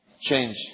Change